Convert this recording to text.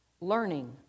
learning